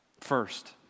First